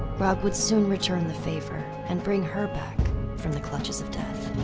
grog would soon return the favor and bring her back from the clutches of death.